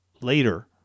later